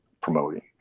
promoting